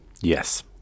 Yes